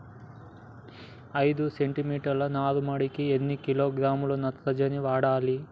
ఐదు సెంటి మీటర్ల నారుమడికి ఎన్ని కిలోగ్రాముల నత్రజని వాడాలి?